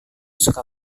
suka